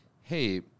hey